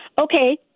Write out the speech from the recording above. Okay